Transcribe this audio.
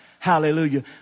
Hallelujah